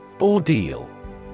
Ordeal